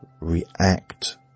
react